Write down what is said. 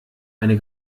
eine